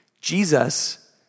Jesus